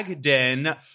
den